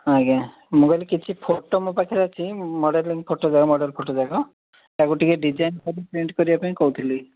ଆଜ୍ଞା ମୁଁ କହିଲି କିଛି ଫଟୋ ମୋ ପାଖରେ ଅଛି ମଡ଼େଲିଂ ଫଟୋଯାକ ମଡ଼େଲ୍ ଫୋଟୋଯାକ ତାକୁ ଟିକିଏ ଡିଜାଇନ୍ କରି ପ୍ରିଣ୍ଟ୍ କରିବା ପାଇଁ କହୁଥିଲି